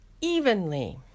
evenly